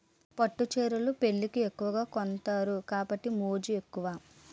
పట్టు చీరలు పెళ్లికి ఎక్కువగా కొంతారు కాబట్టి మోజు ఎక్కువ